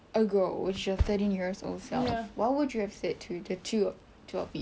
ago your thirteen years old self what would you have said to the two of you